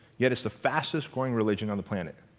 yet it's the fastest growing religion on the planet.